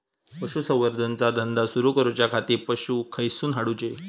पशुसंवर्धन चा धंदा सुरू करूच्या खाती पशू खईसून हाडूचे?